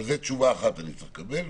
ועל זה אני צריך לקבל תשובה אחת.